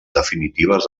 definitives